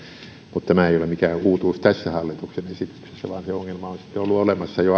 mutta tämä ei ole mikään uutuus tässä hallituksen esityksessä vaan se ongelma on sitten ollut olemassa jo